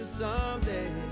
someday